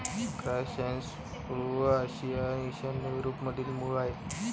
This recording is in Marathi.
क्रायसॅन्थेमम्स पूर्व आशिया आणि ईशान्य युरोपमधील मूळ आहेत